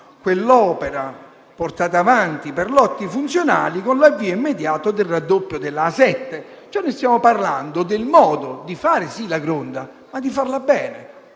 quell'opera portata avanti per lotti funzionali con l'avvio immediato del raddoppio dell'A7. Stiamo parlando del modo di fare - sì - la gronda, ma di farla bene.